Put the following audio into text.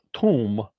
tomb